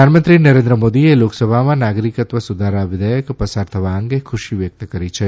પ્રધાનમંત્રી નરેન્દ્ર મોદીએ લોકસભામાં નાગરીકત્વ સુધારા વિઘેચક પસાર થવા અંગે ખુશી વ્યક્ત કરી છે